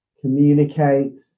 communicate